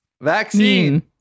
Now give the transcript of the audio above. Vaccine